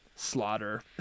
slaughter